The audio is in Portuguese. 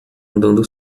andando